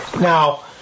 Now